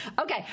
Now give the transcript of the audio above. okay